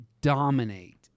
dominate